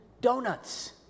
donuts